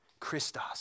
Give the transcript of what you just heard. Christos